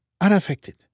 unaffected